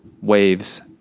waves